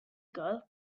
girl